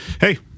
hey